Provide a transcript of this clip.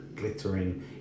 Glittering